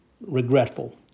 regretful